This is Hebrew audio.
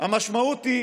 המשמעות היא